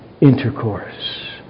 intercourse